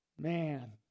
Man